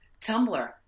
Tumblr